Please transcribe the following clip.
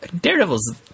Daredevil's